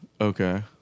Okay